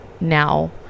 now